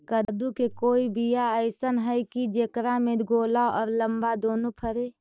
कददु के कोइ बियाह अइसन है कि जेकरा में गोल औ लमबा दोनो फरे?